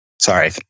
sorry